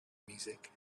music